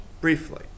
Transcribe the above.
briefly